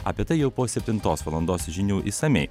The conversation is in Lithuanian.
apie tai jau po septintos valandos žinių išsamiai